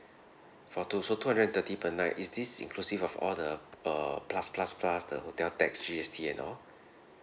for two so two hundred and thirty per night is this inclusive of all the err plus plus plus the hotel tax G_S_T and all